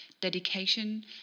dedication